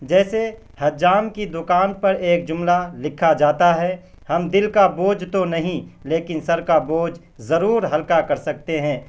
جیسے حجام کی دکان پر ایک جملہ لکھا جاتا ہے ہم دل کا بوجھ تو نہیں لیکن سر کا بوجھ ضرور ہلکا کر سکتے ہیں